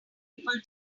people